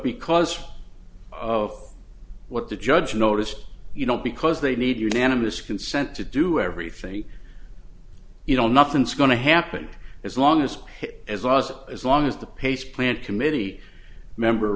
because of what the judge noticed you know because they need unanimous consent to do everything you know nothing's going to happen as long as as laws as long as the pace plant committee member